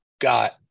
got